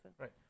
Right